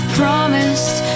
promised